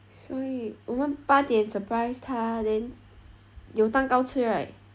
所以我们八点 surprise 他 then 有蛋糕吃 right